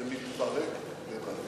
זה מתפרק לבד.